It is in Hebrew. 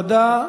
תודה.